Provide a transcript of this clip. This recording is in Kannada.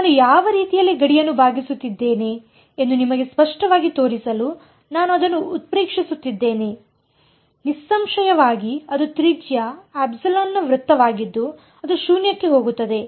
ನಾನು ಯಾವ ರೀತಿಯಲ್ಲಿ ಗಡಿಯನ್ನು ಬಾಗಿಸುತ್ತಿದ್ದೇನೆ ಎಂದು ನಿಮಗೆ ಸ್ಪಷ್ಟವಾಗಿ ತೋರಿಸಲು ನಾನು ಅದನ್ನು ಉತ್ಪ್ರೇಕ್ಷಿಸುತ್ತಿದ್ದೇನೆ ನಿಸ್ಸಂಶಯವಾಗಿ ಅದು ತ್ರಿಜ್ಯ ನ ವೃತ್ತವಾಗಿದ್ದು ಅದು ಶೂನ್ಯಕ್ಕೆ ಹೋಗುತ್ತದೆ